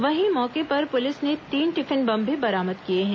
वहीं मौके पर पुलिस ने तीन टिफिन बम भी बरामद किए हैं